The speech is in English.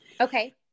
Okay